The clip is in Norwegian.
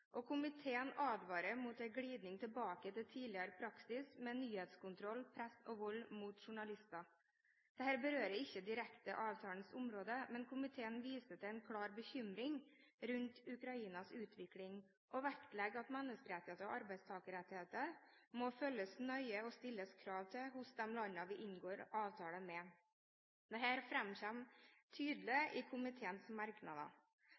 Komiteen advarer mot en glidning tilbake til tidligere praksis med nyhetskontroll, press og vold mot journalister. Dette berører ikke direkte avtalens område, men komiteen viser til en klar bekymring for Ukrainas utvikling og vektlegger at menneskerettigheter og arbeidstakerrettigheter må følges nøye, og at det stilles krav til dette hos de landene vi inngår avtaler med. Dette fremkommer tydelig i komiteens merknader.